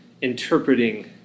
interpreting